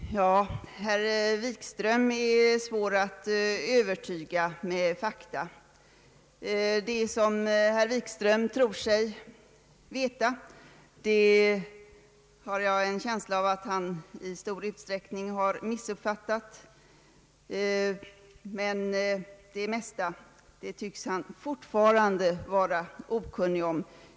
Herr talman! Herr Wikström är svår att övertyga med fakta. Det som herr Wikström tror sig veta har jag en känsla av att han i stor utsträckning har missuppfattat. Det mesta tycks han fortfarande vara okunnig om.